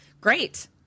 Great